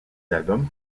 albums